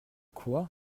quoi